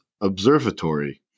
Observatory